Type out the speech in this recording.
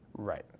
Right